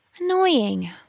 Annoying